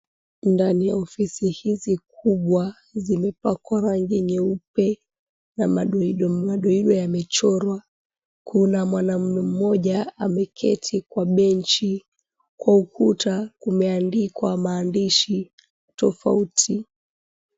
Ndani ya ofisi hizi kubwa zimepakwa rangi nyeupe na madoido madoido yamechorwa. Kuna mwanaume mmoja ameketi kwa benchi kwa ukuta kumeandikwa maandishi tofauti.